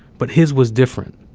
but his was different.